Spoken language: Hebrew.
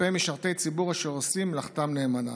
כלפי משרתי ציבור אשר עושים מלאכתם נאמנה.